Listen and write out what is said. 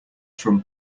from